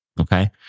okay